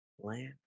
Land